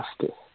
justice